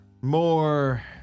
more